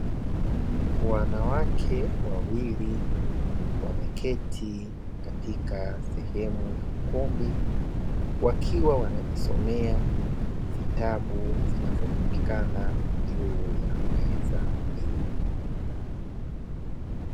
Wanawake wawili wameketi katika sehemu ya ukumbi, wakiwa wanajisomea vitabu vinavyopatikana juu ya meza hiyo.